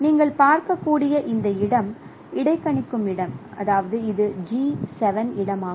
நீங்கள் பார்க்க கூடிய இந்த இடம் இடைக்கணிக்கும் இடம் இது ஜி 7 இடம் ஆகும்